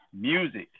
music